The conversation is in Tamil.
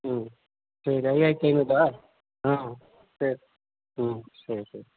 ம் சரி ஐயாயிரத்தி ஐந்நூறுபா ஆ சரி ம் சரி சரி